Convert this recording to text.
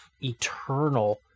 eternal